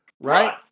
right